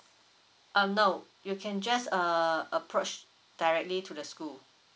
uh no you can just err approach directly to the school